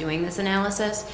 doing this analysis